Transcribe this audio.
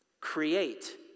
Create